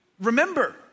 remember